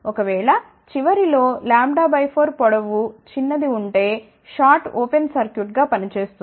ఒకవేళచివరిలో λ 4 పొడవు చిన్నది ఉంటే షార్ట్ ఓపెన్ సర్క్యూట్గా పని చేస్తుంది